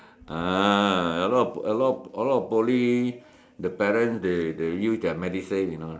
uh a lot of a lot of a lot of Poly the parents they they use their Medisave you know